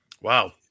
Wow